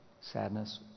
sadness